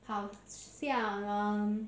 好像 um